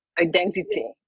identity